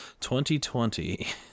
2020